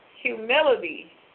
humility